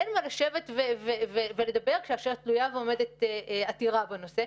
אין מה לשבת ולדבר כאשר תלויה ועומדת עתירה בנושא,